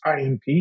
IMP